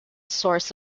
source